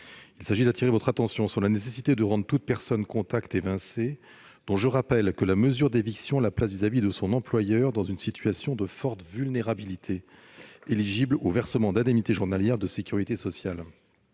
Il s'agit d'attirer votre attention, mes chers collègues, sur la nécessité de rendre toute personne contact évincée, dont je rappelle que la mesure d'éviction la place vis-à-vis de son employeur dans une situation de forte vulnérabilité, éligible au versement d'indemnités journalières de sécurité sociale.